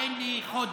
תן לי חודש,